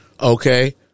Okay